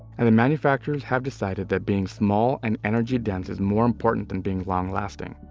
and the manufacturers have decided that being small and energy dense is more important than being long lasting.